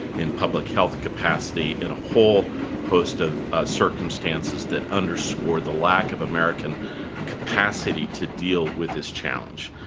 in public health capacity, and a whole host of circumstances that underscore the lack of american capacity to deal with this challenge.